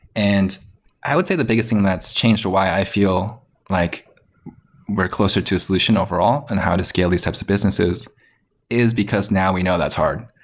and i would say the biggest thing that's changed for why i feel like we're closer to a solution overall and how to scale these types of business is is because now we know that's hard.